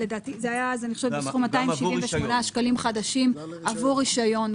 זה היה אז סכום 278 שקלים חדשים עבור רשיון.